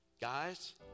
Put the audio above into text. Guys